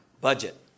budget